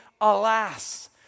Alas